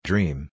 Dream